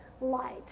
light